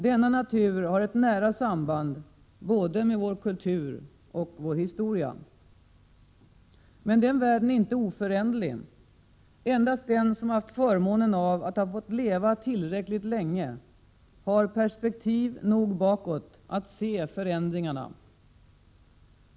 Denna natur har ett nära samband både med vår kultur och med vår historia. Den världen är emellertid inte oföränderlig. Endast den som haft förmånen att ha fått leva tillräckligt länge har perspektiv nog bakåt att se förändringarna.